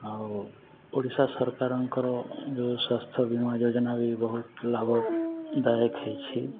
ଆଉ ଓଡ଼ିଶା ସରକାରଙ୍କର ଯେଉଁ ସ୍ୱାସ୍ଥ୍ୟ ବୀମା ଯୋଜନା ବି ବହୁତ ଲାଭଦାୟକ ହେଇଛି